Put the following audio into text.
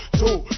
two